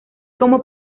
como